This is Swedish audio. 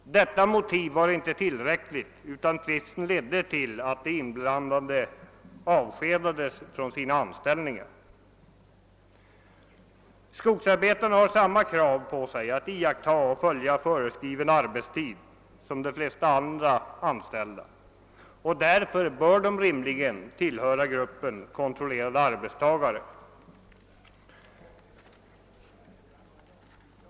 Detta motiv var inte tillräckligt, utan tvisten ledde till att de inblandade avskedades från sin anställning. För skogsarbetarna gäller samma krav som för de flesta andra att iaktta föreskriven arbetstid och därför bör de rimligen tillhöra gruppen kontrollerade arbetstagare.